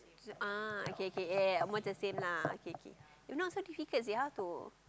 ah okay okay yea yea yea almost the same lah okay okay if not so difficult seh how to